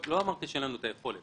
לא אמרתי שאין לנו את היכולת,